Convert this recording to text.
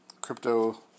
Crypto